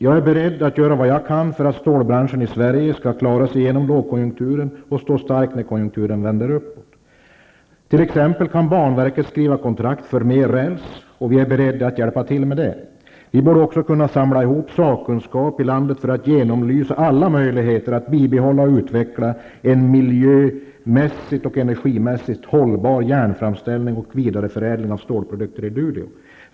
Jag är beredd att göra vad jag kan för att stålbranschen i Sverige skall klara sig genom lågkonjunkturen och stå stark när konjunkturen vänder uppåt. T.ex. kan banverket skriva kontrakt på mer räls, och vi är beredda att hjälpa till med det. Vi borde också kunna samla ihop sakkunskap i landet för att genomlysa alla möjligheter att bibehålla och utveckla en miljömässigt och energimässigt hållbar järnframställning och vidareförädling av stålprodukter i Luleå.